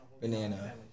banana